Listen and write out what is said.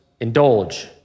indulge